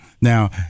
Now